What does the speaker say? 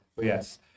Yes